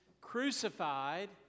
crucified